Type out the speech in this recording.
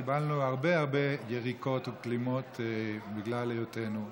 קיבלנו הרבה הרבה יריקות וכלימות בגלל היותנו חרדים.